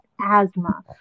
asthma